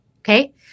okay